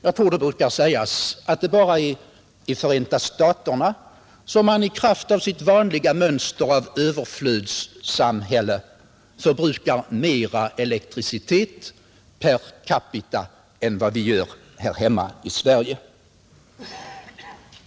Jag tror det brukar sägas att det bara är i Förenta staterna som man i kraft av sitt vanliga mönster av överflödssamhälle förbrukar mera elektricitet per capita än vad vi gör här hemma.